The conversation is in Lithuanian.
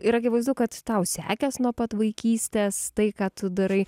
ir akivaizdu kad tau sekės nuo pat vaikystės tai ką tu darai